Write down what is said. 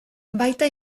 baita